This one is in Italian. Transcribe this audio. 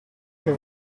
che